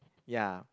ya